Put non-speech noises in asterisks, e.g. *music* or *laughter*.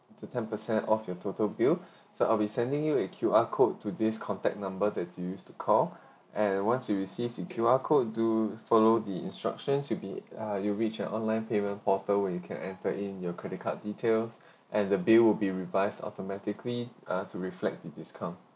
the ten percent of your total bill *breath* so I'll be sending you a Q_R code to this contact number that you used to call and once you receive the Q_R code do follow the instructions you'll be ah you reach an online payment portal when you can enter in your credit card details *breath* and the bill will be revised automatically ah to reflect the discount